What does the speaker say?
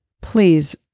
Please